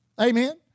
Amen